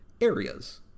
areas